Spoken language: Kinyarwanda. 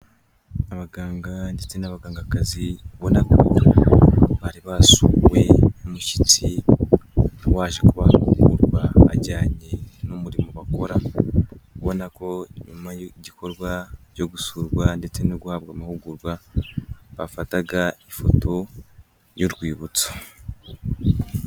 Abaganga ndetse n'abagangakazi, ubonako bari basuwe n'umushyitsi waje kubaha amahugurwa ajyanye n'umurimo bakora. Ubona ko nyuma y'igikorwa cyo gusurwa ndetse no guhabwa amahugurwa, bafataga ifoto y'urwibutso.